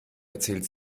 erzählt